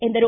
ಎಂದರು